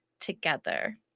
together